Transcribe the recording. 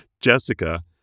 Jessica